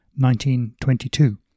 1922